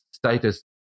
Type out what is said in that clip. status